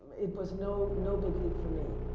it was no, no big leap for me.